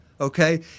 okay